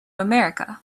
america